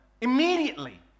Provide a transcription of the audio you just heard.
Immediately